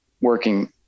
working